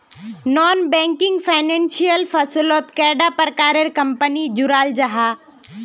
Non banking financial फसलोत कैडा प्रकारेर कंपनी जुराल जाहा?